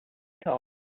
top